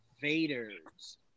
Vader's